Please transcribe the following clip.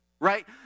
Right